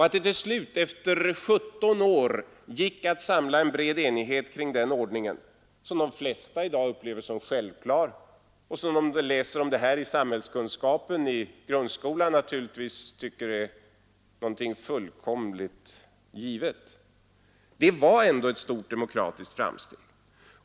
Att det till slut efter 17 år gick att samla en bred enighet kring den ordningen — som de flesta i dag upplever som självklar och som de som läser om detta i samhällskunskap i grundskolan naturligtvis ty någonting fullkomligt givet det var ändå ett stort demokratiskt framsteg.